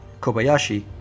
Kobayashi